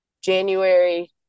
January